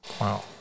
Wow